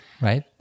right